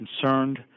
concerned